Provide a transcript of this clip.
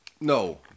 No